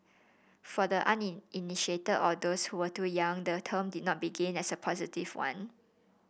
for the uninitiated or those who were too young the term did not begin as a positive one